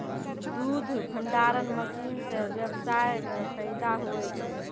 दुध भंडारण मशीन से व्यबसाय मे फैदा हुवै छै